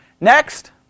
Next